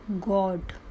God